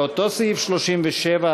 אותו סעיף 37,